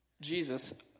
Jesus